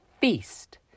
feast